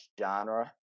genre